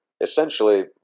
essentially